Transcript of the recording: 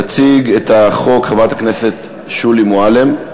התשע"ג 2013. תציג את החוק חברת הכנסת שולי מועלם.